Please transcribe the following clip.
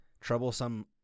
troublesome—